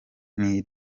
nti